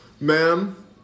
Ma'am